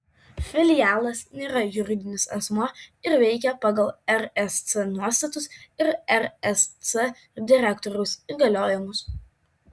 filialas nėra juridinis asmuo ir veikia pagal rsc nuostatus ir rsc direktoriaus įgaliojimus